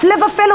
הפלא ופלא,